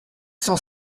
cent